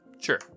Sure